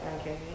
Okay